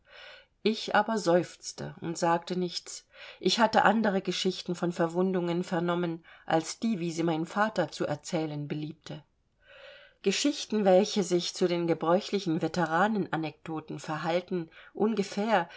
ich aber seufzte und sagte nichts ich hatte andere geschichten von verwundungen vernommen als die wie sie mein vater zu erzählen beliebte geschichten welche sich zu den gebräuchlichen veteranenanekdoten verhalten ungefähr